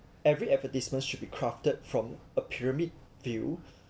every advertisement should be crafted from a pyramid view